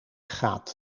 gaat